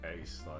ace